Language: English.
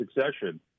succession